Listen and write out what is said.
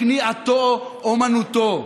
כניעתו, אומנותו.